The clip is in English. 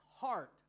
heart